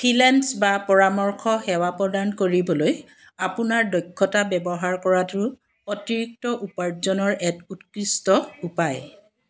freelance বা পৰামৰ্শ সেৱা প্ৰদান কৰিবলৈ আপোনাৰ দক্ষতা ব্যৱহাৰ কৰাটো অতিৰিক্ত উপাৰ্জনৰ এক উৎকৃষ্ট উপায়